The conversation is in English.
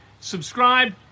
Subscribe